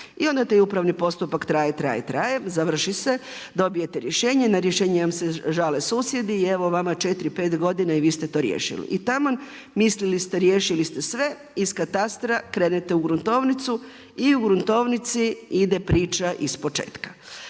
I onda taj upravni postupak traje, traje, traje, završi se, dobijete rješenje, na rješenje vam se žale susjedi i evo vama 4, 5 godina i vi ste to riješili. I taman, mislili ste riješili ste sve, iz katastra krenete u gruntovnicu i u gruntovnici ide priča ispočetka.